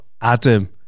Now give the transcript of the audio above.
Adam